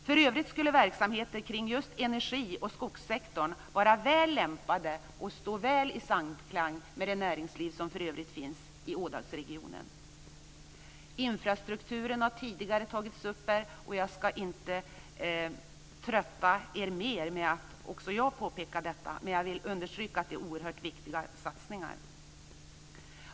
För övrigt skulle verksamheter kring just energi och skogssektorn vara väl lämpade och stå väl i samklang med det näringsliv som i övrigt finns i Ådalsregionen. Infrastrukturen har tidigare tagits upp här, och jag ska inte trötta er mer med att också påpeka detta. Men jag vill understryka att det är oerhört viktiga satsningar.